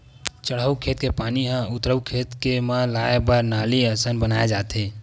चड़हउ खेत के पानी ह उतारू के खेत म लाए बर नाली असन बनाए जाथे